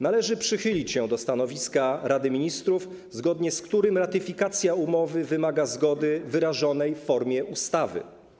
Należy przychylić się do stanowiska Rady Ministrów, zgodnie z którym ratyfikacja umowy wymaga zgody wyrażonej w formie ustawy.